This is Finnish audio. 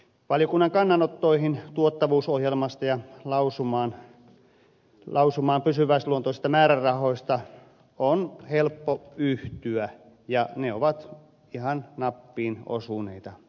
valiokunnan kannanottoihin tuottavuusohjelmasta ja lausumaan pysyväisluontoisista määrärahoista on helppo yhtyä ja ne ovat ihan nappiin osuneita